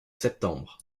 septembre